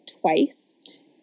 twice